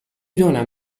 دانم